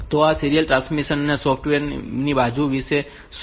તો આ serial transmission ની સોફ્ટવેર બાજુ વિશે શું